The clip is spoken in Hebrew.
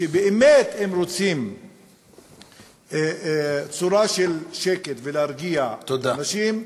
שאם באמת רוצים צורה של שקט והרגעה לאנשים,